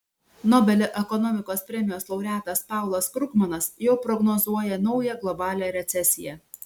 nobelio ekonomikos premijos laureatas paulas krugmanas jau prognozuoja naują globalią recesiją